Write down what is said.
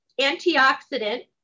antioxidant